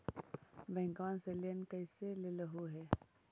बैंकवा से लेन कैसे लेलहू हे?